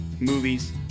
movies